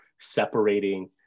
separating